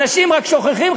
אנשים רק שוכחים,